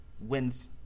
wins